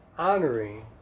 honoring